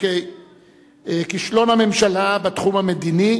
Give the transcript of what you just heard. כישלון הממשלה בתחום המדיני,